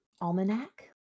almanac